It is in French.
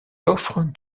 l’offre